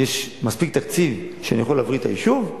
יש מספיק תקציב שאני יכול להבריא את היישוב?